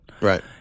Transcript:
Right